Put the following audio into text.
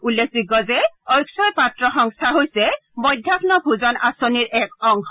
উল্লেখযোগ্য যে অক্ষয় পাত্ৰ সংস্থা হৈছে মধ্যাহ্য ভোজন আঁচনিৰ এক অংশ